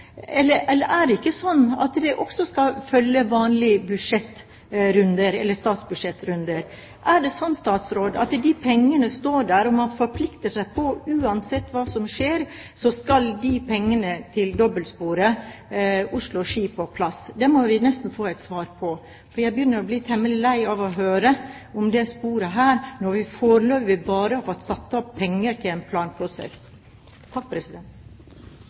Er det ikke slik at dét også skal følge vanlige statsbudsjettrunder? Er det slik at de pengene står der og man forplikter seg, og uansett hva som skjer, så skal pengene til dobbeltsporet Oslo–Ski på plass? Det må vi nesten få et svar på, for jeg begynner å bli temmelig lei av å høre om dette sporet, når vi foreløpig bare har fått satt av penger til en planprosess.